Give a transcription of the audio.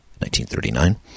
1939